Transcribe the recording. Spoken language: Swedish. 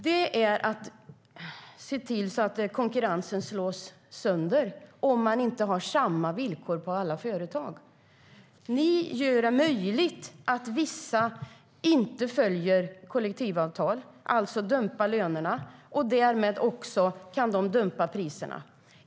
Det är att se till att konkurrensen slås sönder om man inte har samma villkor på alla företag. Ni gör det möjligt för vissa att inte följa kollektivavtal, alltså dumpa lönerna, och därmed kan de också dumpa priserna.